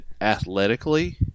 athletically